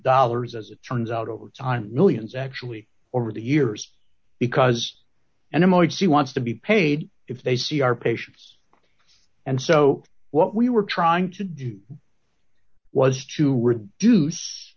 dollars as it turns out over time on millions actually over the years because animal rights he wants to be paid if they see our patients and so what we were trying to do was to reduce